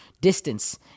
distance